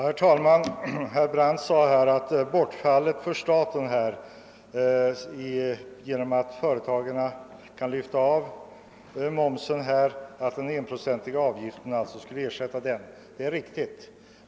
Herr talman! Herr Brandt sade att det inkomstbortfall som staten får genom att företagen kan lyfta av momsen skall ersättas av arbetsgivaravgiften. Det är riktigt.